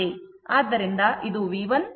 ಆದ್ದರಿಂದ ಇದು V1 ಮತ್ತು ಇದು V2 ಆಗಿದೆ